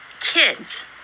kids